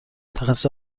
تخصص